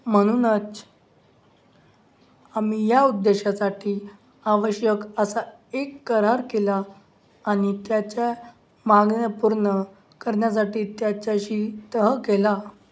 म्हणूनच आम्ही या उद्देशासाठी आवश्यक असा एक करार केला आणि त्याच्या मागण्या पूर्ण करण्यासाठी त्याच्याशी तह केला